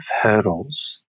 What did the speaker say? hurdles